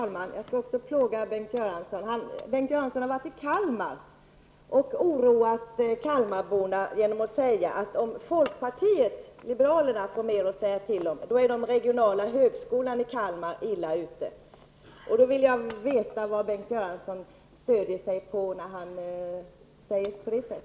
Herr talman! Också jag har en fråga till Bengt Göransson. Bengt Göransson har varit i Kalmar och oroat kalmarborna genom att säga att om folkpartiet liberalerna får mer att säga till om, är den regionala högskolan i Kalmar illa ute. Jag skulle vilja veta vad Bengt Göransson stödjer sig på när han påstår detta.